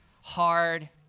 hard